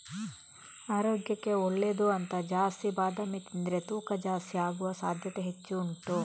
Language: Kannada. ಆರೋಗ್ಯಕ್ಕೆ ಒಳ್ಳೇದು ಅಂತ ಜಾಸ್ತಿ ಬಾದಾಮಿ ತಿಂದ್ರೆ ತೂಕ ಜಾಸ್ತಿ ಆಗುವ ಸಾಧ್ಯತೆ ಹೆಚ್ಚು ಉಂಟು